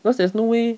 because there's no way